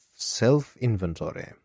self-inventory